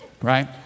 Right